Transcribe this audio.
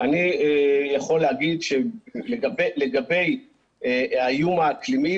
אני יכול להגיד שלגבי האיום האקלימי,